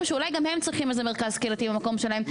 שאולי גם הם צריכים איזה מרכז קהילתי במקום שלהם.